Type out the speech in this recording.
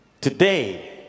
Today